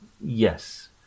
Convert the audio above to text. Yes